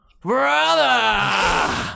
Brother